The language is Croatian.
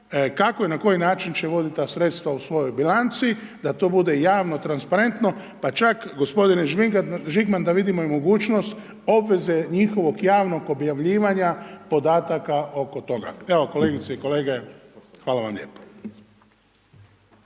kako i na koji način će voditi sredstva u svojoj bilanci, da to bude javno, transparentno, pa čak, gospodine Žigman, da vidimo mogućnost obveze njihovog javnog objavljivanja podataka oko toga. Evo kolegice i kolege, hvala vam lijepo.